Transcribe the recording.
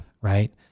Right